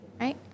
Right